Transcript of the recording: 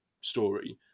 story